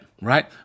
Right